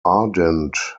ardent